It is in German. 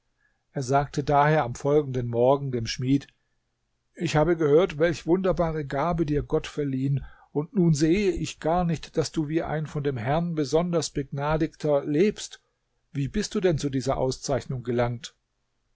er sagte daher am folgenden morgen dem schmied ich habe gehört welche wunderbare gabe dir gott verliehen und nun sehe ich gar nicht daß du wie ein von dem herrn besonders begnadigter lebst wie bist du denn zu dieser auszeichnung gelangt